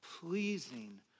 pleasing